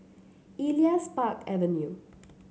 Elias Park Avenue